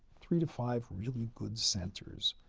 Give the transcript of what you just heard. three to five really good centers.